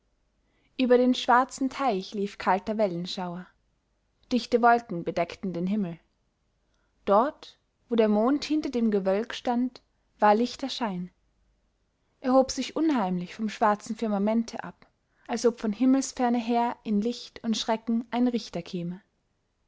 über den schwarzen teich lief kalter wellenschauer dichte wolken bedeckten den himmel dort wo der mond hinter dem gewölk stand war lichter schein er hob sich unheimlich vom schwarzen firmamente ab als ob von himmelsferne her in licht und schrecken ein richter käme